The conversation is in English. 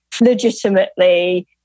legitimately